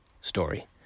story